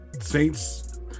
Saints